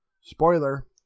spoiler